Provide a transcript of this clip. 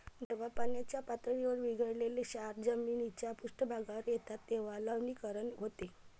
जेव्हा पाण्याच्या पातळीत विरघळलेले क्षार जमिनीच्या पृष्ठभागावर येतात तेव्हा लवणीकरण होते